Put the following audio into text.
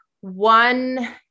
one